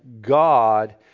God